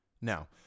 Now